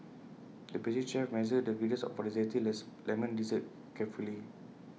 the pastry chef measured the ingredients for A Zesty Lemon Dessert carefully